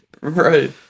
Right